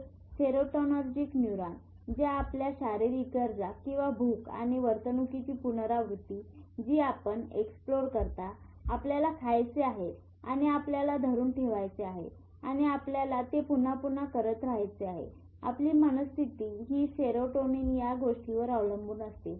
हे serotonergic neuron ज्या आपल्या शारीरिक गरजा किंवा भूक आणि वर्तुणुकीची पुनरावृत्ती जी आपण एक्सप्लोर करता आपल्याला खायचे आहे आणि आपल्याला धरून ठेवायचे आहे आणि आपल्याला हे पुन्हा पुन्हा करत राहायचे आहे आपली मनःस्थिती ही सेरोटोनिन या गोष्टींवर अवलंबून असते